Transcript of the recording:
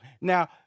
Now